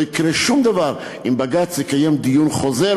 לא יקרה שום דבר אם בג"ץ יקיים דיון חוזר